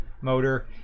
motor